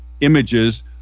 images